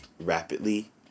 rapidly